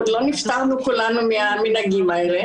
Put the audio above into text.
עוד לא נפטרנו כולנו מהמנהגים האלה.